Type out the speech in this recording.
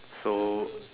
so